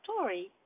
story